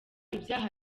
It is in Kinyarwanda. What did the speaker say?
ibyaha